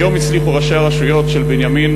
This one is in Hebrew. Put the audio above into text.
היום הצליחו ראשי הרשויות של בנימין,